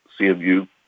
CMU